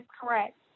correct